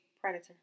predator